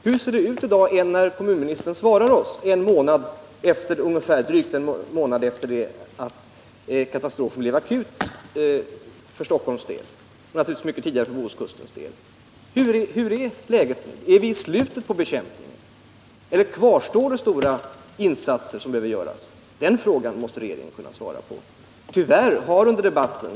Hur ser det ut i dag när kommunministern svarar oss drygt en månad efter det att katastrofen på ostkusten — och naturligtvis mycket tidigare katastrofen på Bohuskusten — blev akut? Vilket är läget? Är vi i slutet av bekämpningen eller måste ytterligare stora insatser göras? Den frågan måste regeringen kunna svara på.